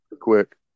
quick